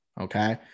okay